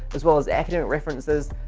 as well as academic references,